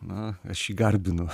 na aš jį garbinu